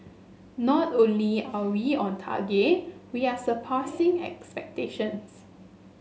not only are we on target we are surpassing expectations